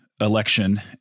election